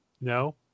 No